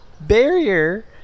barrier